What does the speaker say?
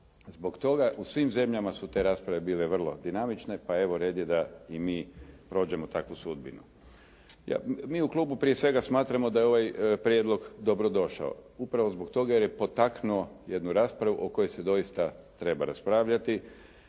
Zbog toga u svim zemljama su te rasprave bile vrlo dinamične, pa evo red je da i mi prođemo takvu sudbinu. Mi u klubu prije svega smatramo da je ovaj prijedlog dobro došao upravo zbog toga jer je potaknuo jednu raspravu o kojoj se doista treba raspravljati